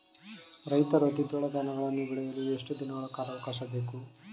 ರೈತರು ದ್ವಿದಳ ಧಾನ್ಯಗಳನ್ನು ಬೆಳೆಯಲು ಎಷ್ಟು ದಿನಗಳ ಕಾಲಾವಾಕಾಶ ಬೇಕು?